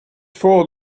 for